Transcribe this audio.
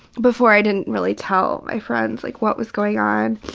before i didn't really tell my friends like what was going on.